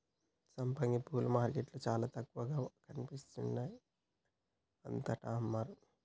సంపంగి పూలు మార్కెట్లో చాల తక్కువగా కనిపిస్తాయి అంతటా అమ్మరు